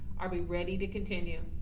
are we ready to continue?